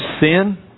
Sin